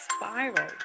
spiral